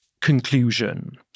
conclusion